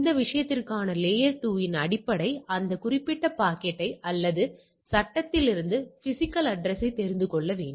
இந்த விஷயத்திற்கான லேயர்2 இன் அடிப்படையில் அந்த குறிப்பிட்ட பாக்கெட் அல்லது சட்டத்திலிருந்து பிஸிக்கல் அட்ரஸ்யை தெரிந்து கொள்ள வேண்டும்